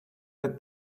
that